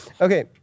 Okay